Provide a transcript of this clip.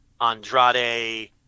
Andrade